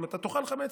אם אתה תאכל חמץ,